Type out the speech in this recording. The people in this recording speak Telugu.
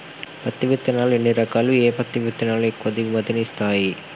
పత్తి విత్తనాలు ఎన్ని రకాలు, ఏ పత్తి విత్తనాలు ఎక్కువ దిగుమతి ని ఇస్తాయి?